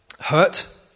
hurt